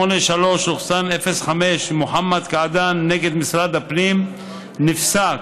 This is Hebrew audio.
6483/05 מוחמד קעדאן נגד משרד הפנים נפסק